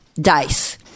DICE